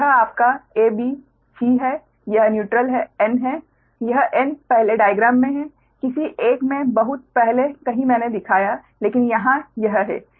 तो यह आपका A B C है यह न्यूट्रल N है यह N पहले डाइग्राम में है किसी एक में बहुत पहले कहीं मैंने दिखाया लेकिन यहां यह है